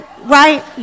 Right